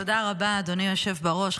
תודה רבה, אדוני היושב בראש.